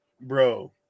bro